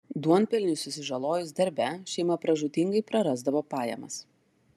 duonpelniui susižalojus darbe šeima pražūtingai prarasdavo pajamas